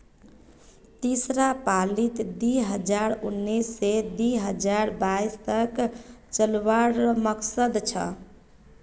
तीसरा पालीत दी हजार उन्नीस से दी हजार बाईस तक चलावार मकसद छे